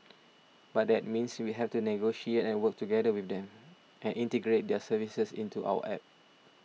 but that means we have to negotiate and work together with them and integrate their services into our App